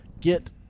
get